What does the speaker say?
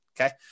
Okay